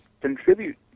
contribute